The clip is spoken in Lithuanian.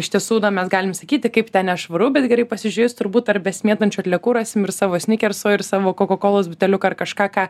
iš tiesų dar mes galim sakyti kaip ten nešvaru bet gerai pasižiūrėjus turbūt tarp besimėtančių atliekų rasim ir savo snikerso ir savo kokakolos buteliuką ar kažką ką